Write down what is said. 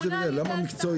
או כן להתחיל עם שר הפנים,